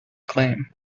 claim